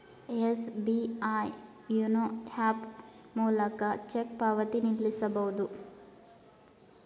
SBI YONO app ಮೂಲಕ cheque ಪಾವತಿ ನಿಲ್ಲಿಸಬಹುದು